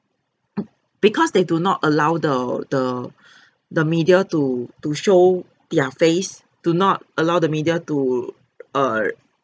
because they do not allow the the the media to to show their face to not allow the media to err